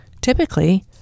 Typically